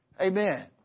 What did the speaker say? Amen